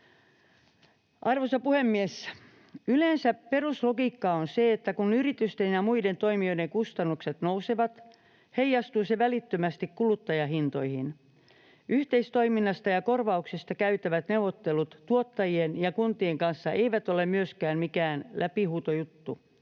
Arvoisa puhemies! Yleensä peruslogiikka on se, että kun yritysten ja muiden toimijoiden kustannukset nousevat, heijastuu se välittömästi kuluttajahintoihin. Yhteistoiminnasta ja korvauksista käytävät neuvottelut tuottajien ja kuntien kanssa eivät ole myöskään mikään läpihuutojuttu.